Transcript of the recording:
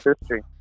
history